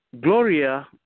Gloria